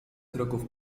kroków